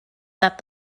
that